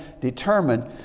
determined